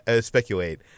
speculate